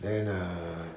then ah